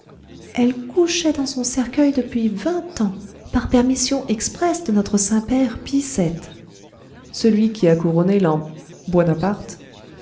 elle couchait dans son cercueil depuis vingt ans par permission expresse de notre saint-père pie vii celui qui a couronné l'emp buonaparte